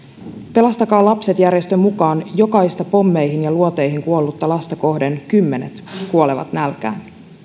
pelastakaa lapset järjestön mukaan jokaista pommeihin ja luoteihin kuollutta lasta kohden kymmenet kuolevat nälkään